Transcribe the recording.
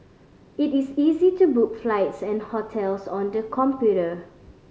it is easy to book flights and hotels on the computer